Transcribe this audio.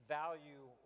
value